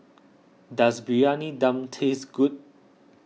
does Briyani Dum taste good